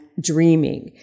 dreaming